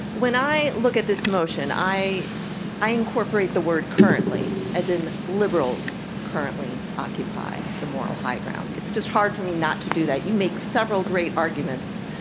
when i look at this motion i i incorporate the word currently, as in liberals currently occupy the moral high ground. it's just hard for me not to do that. you make several great arguments,